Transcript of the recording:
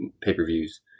pay-per-views